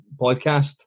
podcast